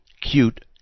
cute